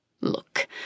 Look